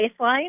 baseline